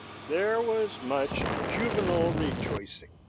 there was much juvenile rejoicing.